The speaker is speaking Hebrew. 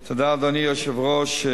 תודה, אדוני היושב-ראש.